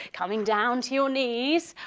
coming down to your knees.